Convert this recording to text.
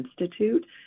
Institute